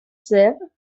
said